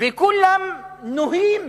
וכולם נוהים